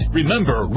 Remember